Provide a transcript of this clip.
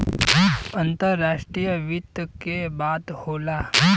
अंतराष्ट्रीय वित्त के बात होला